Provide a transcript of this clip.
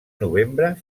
novembre